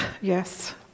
yes